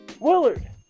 Willard